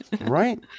Right